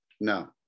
No